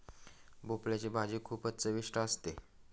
भोपळयाची भाजी खूपच चविष्ट असते